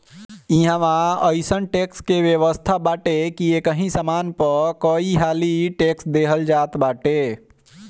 इहवा अइसन टेक्स के व्यवस्था बाटे की एकही सामान पअ कईहाली टेक्स देहल जात बाटे